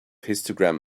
histogram